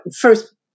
First